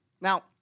Now